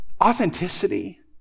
authenticity